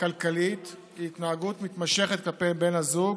כלכלית היא התנהגות מתמשכת כלפי בן הזוג,